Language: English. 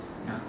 ya